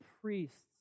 priests